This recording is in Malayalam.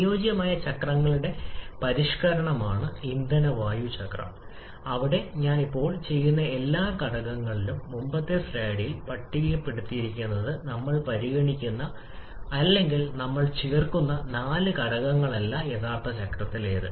അനുയോജ്യമായ ചക്രങ്ങളുടെ പരിഷ്ക്കരണമാണ് ഇന്ധന വായു ചക്രം അവിടെ ഞാൻ ഇപ്പോൾ ചെയ്യുന്ന എല്ലാ ഘടകങ്ങളിലും മുമ്പത്തെ സ്ലൈഡിൽ പട്ടികപ്പെടുത്തിയിരിക്കുന്നത് നമ്മൾ പരിഗണിക്കുന്ന അല്ലെങ്കിൽ നമ്മൾ ചേർക്കുന്ന നാല് ഘടകങ്ങളല്ല യഥാർത്ഥ ചക്രത്തിലേക്ക്